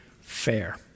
Fair